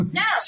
no